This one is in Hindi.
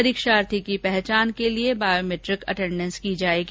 परीक्षार्थी की पहचान के लिये बायोमेट्रिक अटेंडेंस की जायेगी